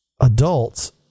adults